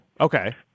Okay